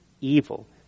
evil